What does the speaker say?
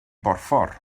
borffor